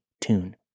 tune